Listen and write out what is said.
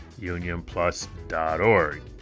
unionplus.org